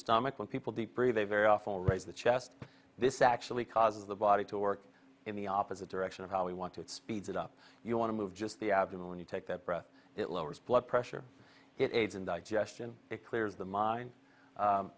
stomach when people deep breathe a very awful raised the chest this actually causes the body to work in the opposite direction of how we want it speeds it up you want to move just the abdomen when you take that breath it lowers blood pressure it aids in digestion it clears the mind